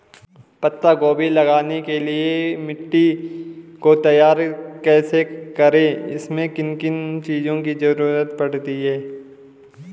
पत्ता गोभी लगाने के लिए मिट्टी को तैयार कैसे करें इसमें किन किन चीज़ों की जरूरत पड़ती है?